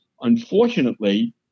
unfortunately